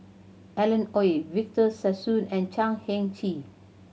Alan Oei Victor Sassoon and Chan Heng Chee